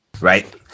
Right